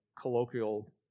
colloquial